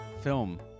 film